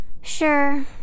Sure